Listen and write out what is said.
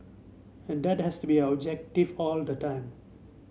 and that has to be our objective all the time